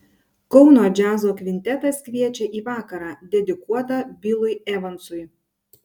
kauno džiazo kvintetas kviečia į vakarą dedikuotą bilui evansui